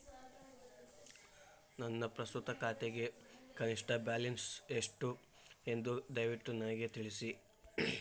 ನನ್ನ ಪ್ರಸ್ತುತ ಖಾತೆಗೆ ಕನಿಷ್ಟ ಬ್ಯಾಲೆನ್ಸ್ ಎಷ್ಟು ಎಂದು ದಯವಿಟ್ಟು ನನಗೆ ತಿಳಿಸಿ